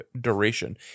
duration